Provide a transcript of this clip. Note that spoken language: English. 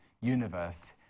universe